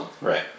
Right